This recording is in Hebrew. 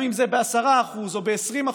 גם אם זה ב-10% או ב-20%,